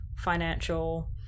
Financial